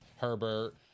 Herbert